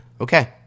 Okay